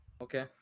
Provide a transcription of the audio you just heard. okay